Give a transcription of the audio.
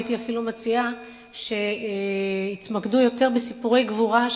הייתי אפילו מציעה שיתמקדו יותר בסיפורי גבורה,